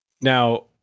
Now